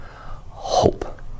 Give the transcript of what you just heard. hope